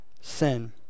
sin